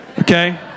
Okay